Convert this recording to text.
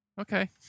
Okay